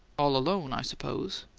all alone, i suppose.